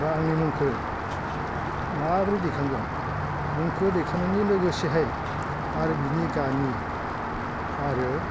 बा आंनि मुंखौ माबोरै दैखांगोन मुंखौ दैखांनायनि लोगोसेहाय आरो बिनि गामि आरो